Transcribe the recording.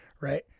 right